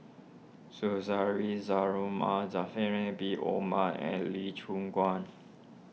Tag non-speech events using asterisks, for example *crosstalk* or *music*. Suzairhe *unintelligible* Zulkifli Bin Mohamed and Lee Choon Guan